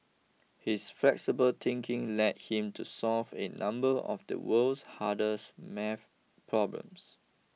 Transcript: his flexible thinking led him to solve a number of the world's hardest maths problems